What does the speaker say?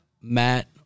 Matt